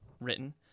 written